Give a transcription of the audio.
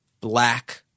black